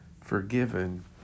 forgiven